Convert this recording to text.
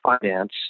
finance